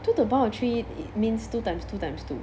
two to the power of three means two times two times two